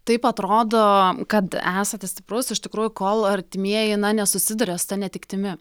taip atrodo kad esate stiprus iš tikrųjų kol artimieji nesusiduria su ta netektimi